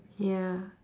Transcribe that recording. ya